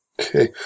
Okay